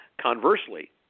Conversely